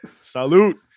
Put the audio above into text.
Salute